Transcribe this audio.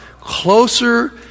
closer